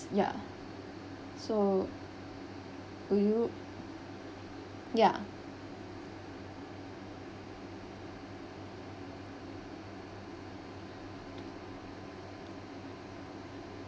ya so will you ya